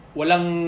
walang